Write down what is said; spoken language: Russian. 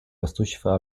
растущего